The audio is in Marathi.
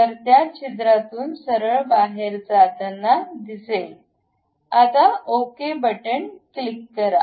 तर त्या छिद्रातून सरळ बाहेर जाताना दिसेल आता ओके बटन क्लिक करा